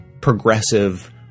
progressive –